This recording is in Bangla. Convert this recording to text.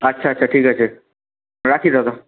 আচ্ছা আচ্ছা ঠিক আছে রাখি দাদা